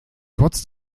kurz